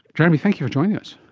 jeremy, thank you for joining us.